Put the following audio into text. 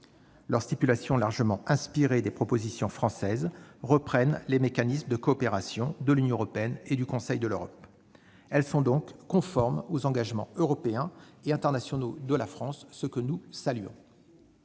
organisée. Largement inspirées des propositions françaises, elles reprennent les mécanismes de coopération de l'Union européenne et du Conseil de l'Europe. Elles sont donc conformes aux engagements européens et internationaux de la France, ce que nous saluons.